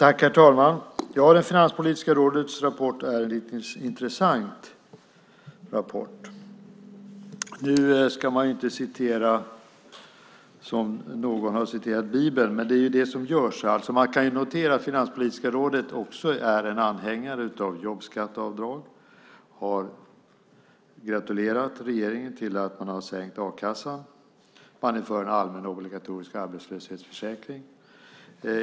Herr talman! Ja, Finanspolitiska rådets rapport är intressant. Nu ska man inte citera som någon har citerat Bibeln, men det är ju det som görs. Man kan notera att Finanspolitiska rådet är en anhängare av jobbskatteavdrag, har gratulerat regeringen till att man har sänkt a-kassan och är för en allmän obligatorisk arbetslöshetsförsäkring.